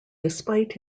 despite